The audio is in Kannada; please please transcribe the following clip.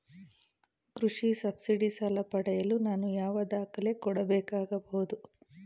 ಕೃಷಿ ಸಬ್ಸಿಡಿ ಸಾಲ ಪಡೆಯಲು ನಾನು ಯಾವ ದಾಖಲೆ ಕೊಡಬೇಕಾಗಬಹುದು?